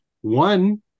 One